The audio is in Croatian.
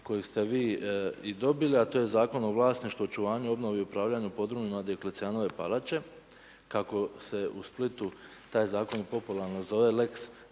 koji ste vi i dobili a to je Zakon o vlasništvu, očuvanju, obnovi i upravljanju podrumima Dioklecijanove palače kako se u Splitu taj zakon popularno zove lex